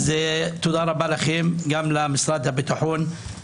אז תודה רבה לכם גם למשרד הביטחון,